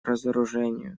разоружению